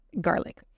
garlic